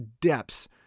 depths